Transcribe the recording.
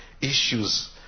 issues